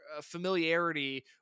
familiarity